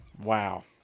Wow